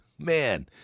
Man